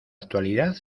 actualidad